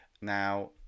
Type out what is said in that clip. Now